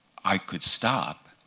i could stop,